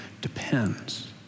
depends